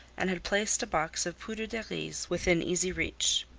and had placed a box of poudre de riz within easy reach.